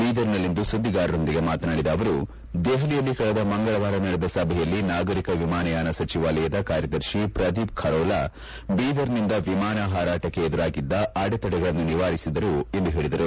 ಬೀದರ್ನಲ್ಲಿಂದು ಸುದ್ದಿಗಾರರೊಂದಿಗೆ ಮಾತನಾಡಿದ ಅವರು ದೆಹಲಿಯಲ್ಲಿ ಕಳೆದ ಮಂಗಳವಾರ ನಡೆದ ಸಭೆಯಲ್ಲಿ ನಾಗರಿಕ ವಿಮಾನಯಾನ ಸಚಿವಾಲಯ ಕಾರ್ಯದರ್ಶಿ ಪ್ರದೀಪ್ ಖರೋಲ ಬೀದರ್ನಿಂದ ವಿಮಾನ ಹಾರಾಟಕ್ಕೆ ಎದುರಾಗಿದ್ದ ಅಡಚಣೆಗಳನ್ನು ನಿವಾರಿಸಿದರು ಎಂದು ಹೇಳಿದರು